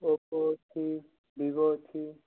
Oppo ଅଛି Vivo ଅଛି